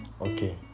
Okay